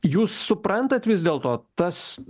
jūs suprantat vis dėlto tas